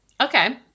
Okay